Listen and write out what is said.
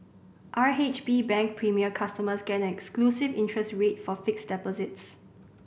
R H B Bank Premier customers get an exclusive interest rate for fixed deposits